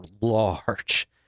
large